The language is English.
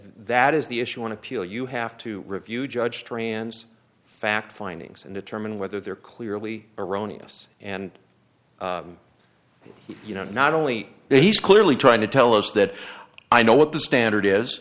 that is the issue on appeal you have to review judge trans fact findings and determine whether they're clearly erroneous and you know not only that he's clearly trying to tell us that i know what the standard is